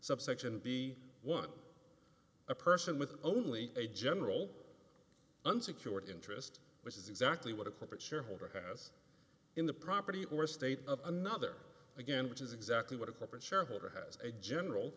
subsection b one a person with only a general unsecured interest which is exactly what a corporate shareholder has in the property or state of another again which is exactly what a corporate shareholder has a general